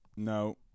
No